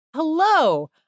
Hello